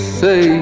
say